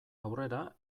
aurrera